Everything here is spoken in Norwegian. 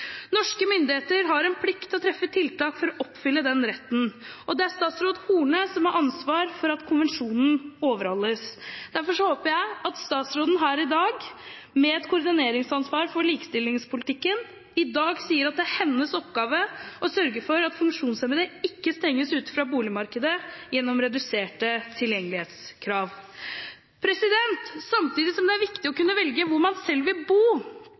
Norske myndigheter har en plikt til å treffe tiltak for å oppfylle den retten, og det er statsråd Horne som har ansvar for at konvensjonen overholdes. Derfor håper jeg at statsråden, som har et koordineringsansvar for likestillingspolitikken, her i dag sier at det er hennes oppgave å sørge for at funksjonshemmede ikke stenges ute fra boligmarkedet gjennom reduserte tilgjengelighetskrav. Samtidig som det er viktig å kunne velge hvor man selv vil bo,